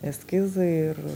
eskizai ir